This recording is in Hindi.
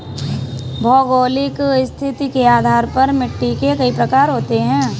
भौगोलिक स्थिति के आधार पर मिट्टी के कई प्रकार होते हैं